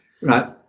Right